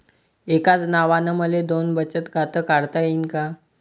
एकाच नावानं मले दोन बचत खातं काढता येईन का?